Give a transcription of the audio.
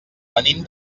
venim